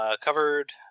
covered